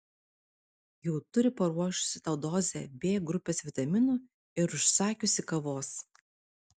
jau turi paruošusi tau dozę b grupės vitaminų ir užsakiusi kavos